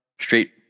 Straight